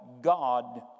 God